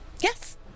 Yes